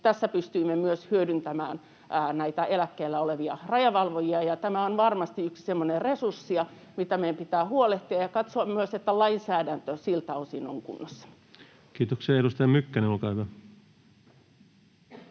tässä myös hyödyntämään näitä eläkkeellä olevia rajavalvojia, ja tämä on varmasti yksi semmoinen resurssi, mistä meidän pitää huolehtia, ja pitää katsoa myös, että lainsäädäntö siltä osin on kunnossa. Kiitoksia. — Edustaja Mykkänen, olkaa hyvä.